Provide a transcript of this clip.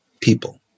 people